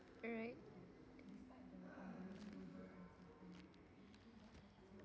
alright